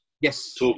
Yes